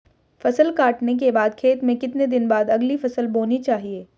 फसल काटने के बाद खेत में कितने दिन बाद अगली फसल बोनी चाहिये?